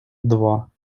два